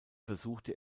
versuchte